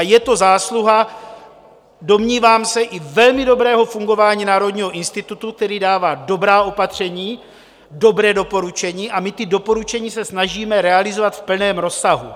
Je to zásluha, domnívám se, i velmi dobrého fungování Národního institutu, který dává dobrá opatření, dobrá doporučení a my ta doporučení se snažíme realizovat v plném rozsahu.